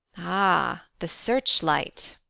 ah, the searchlight.